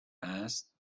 است